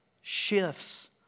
shifts